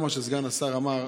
גם מה שסגן השר אמר,